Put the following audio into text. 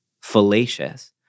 fallacious